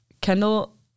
Kendall